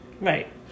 Right